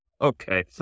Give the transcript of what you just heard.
Okay